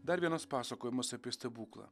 dar vienas pasakojimas apie stebuklą